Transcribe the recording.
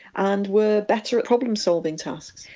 and were better at problem-solving tasks.